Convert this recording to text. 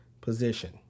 position